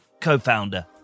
co-founder